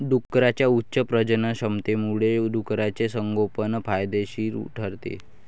डुकरांच्या उच्च प्रजननक्षमतेमुळे डुकराचे संगोपन फायदेशीर ठरते